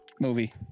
Movie